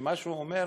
שמה שהוא אומר,